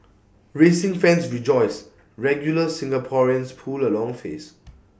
racing fans rejoice regular Singaporeans pull A long face